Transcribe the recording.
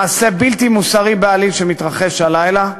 מעשה בלתי מוסרי בעליל שמתרחש הלילה,